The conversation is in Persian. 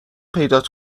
پیدات